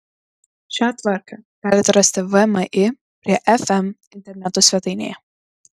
šią tvarką galite rasti vmi prie fm interneto svetainėje